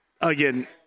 again